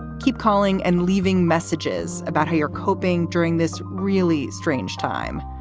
keep calling and leaving messages about how you're coping during this really strange time.